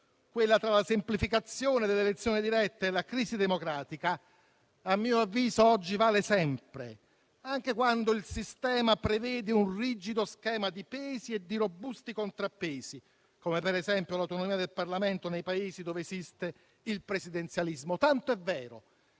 quella tra la semplificazione dell'elezione diretta e la crisi democratica, a mio avviso oggi vale sempre, anche quando il sistema prevede un rigido schema di pesi e di robusti contrappesi, come per esempio l'autonomia del Parlamento nei Paesi dove esiste il presidenzialismo, tanto è vero